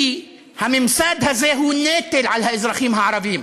כי הממסד הזה הוא נטל על האזרחים הערבים,